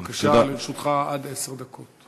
בבקשה, לרשותך עד עשר דקות.